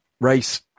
race